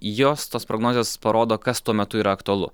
jos tos prognozės parodo kas tuo metu yra aktualu